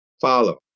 follow